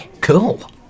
Cool